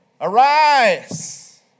Arise